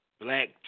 Black